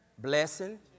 Blessing